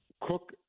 Cook